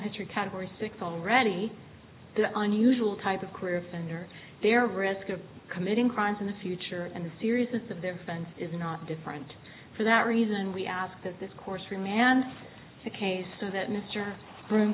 history category six already the unusual type of career offender their risk of committing crimes in the future and the seriousness of their fence is not different for that reason we ask that this course remand the case so that mr